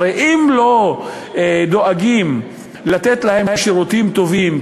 הרי אם לא דואגים לתת להם שירותים טובים,